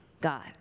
God